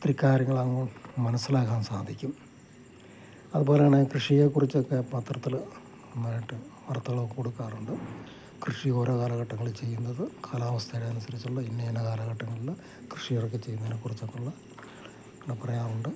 ഇത്തിരി കാര്യങ്ങൾ അങ്ങ് മനസ്സിലാക്കാൻ സാധിക്കും അത്പോലെ തന്നെ കൃഷിയെ കുറിച്ചൊക്കെ പത്രത്തിൽ നന്നായിട്ട് വാർത്തകൾ കൊടുക്കാറുണ്ട് കൃഷി ഓരോ കാലഘട്ടങ്ങളിൽ ചെയ്യുന്നത് കാലാവസ്ഥയുടെ അനുസരിച്ചുള്ള ഇന്ന ഇന്ന കാലഘട്ടങ്ങളിൽ കൃഷി ഇറക്കി ചെയ്യുന്നതിനെ കുറിച്ചൊക്കെ ഉള്ള ആ പറയാറുണ്ട്